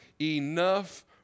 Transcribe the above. enough